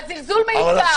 הזלזול מיותר.